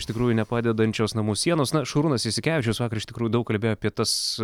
iš tikrųjų nepadedančios namų sienos na šarūnas jasikevičius iš tikrųjų daug kalbėjo apie tas